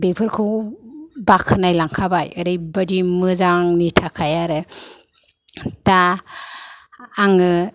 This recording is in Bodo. बेफोरखौ बाखोनाय लांखाबाय ओरैबादि मोजांनि थाखाय आरो दा आङो